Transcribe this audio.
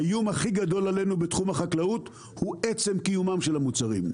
האיום הכי גדול עלינו בתחום החקלאות הוא עצם קיומם של המוצרים.